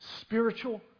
spiritual